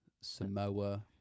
Samoa